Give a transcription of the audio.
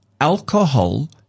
alcohol